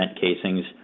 casings